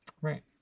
Right